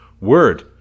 word